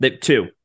Two